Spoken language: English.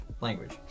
language